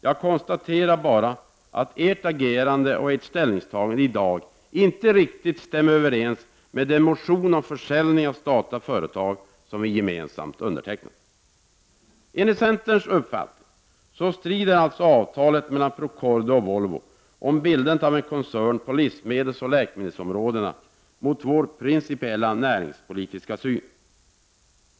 Jag konstaterar bara att ert agerande och ställningstagande i dag inte riktigt stämmer överens med den motion om försäljning av statliga företag som vi gemensamt undertecknat. Enligt centerns mening strider alltså avtalet mellan Procordia och Volvo om bildandet av en koncern på livsmedelsoch läkemedelsområdena mot vår principiella näringspolitiska syn.